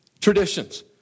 Traditions